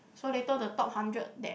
so later the top hundred that